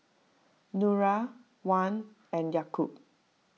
Nura Wan and Yaakob